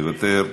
מוותר,